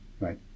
right